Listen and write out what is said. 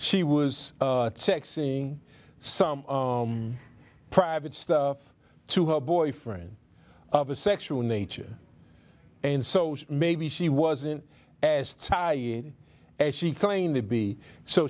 she was sexting some private stuff to her boyfriend of a sexual nature and so maybe she wasn't as tidy as she claimed to be so